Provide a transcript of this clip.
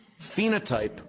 phenotype